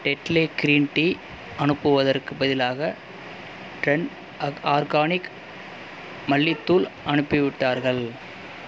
Tetley green tea அனுப்புவதற்குப் பதிலாக trend organic மல்லித்தூள் அனுப்பிவிட்டார்கள்